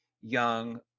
young